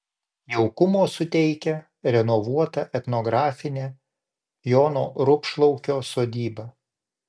jaukumo suteikia renovuota etnografinė jono rupšlaukio sodyba